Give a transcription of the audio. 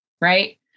right